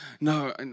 no